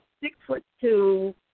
six-foot-two